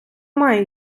має